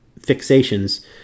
fixations